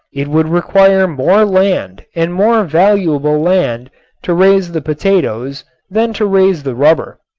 it would require more land and more valuable land to raise the potatoes than to raise the rubber.